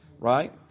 right